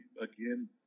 again